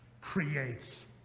creates